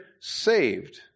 saved